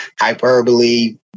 hyperbole